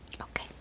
okay